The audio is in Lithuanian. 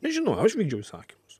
žinau aš vykdžiau įsakymus